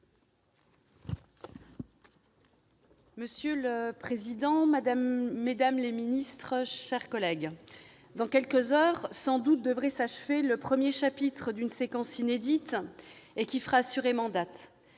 Monsieur le président, mesdames les ministres, mes chers collègues, dans quelques heures sans doute devrait s'achever le premier chapitre d'une séquence inédite, et qui fera assurément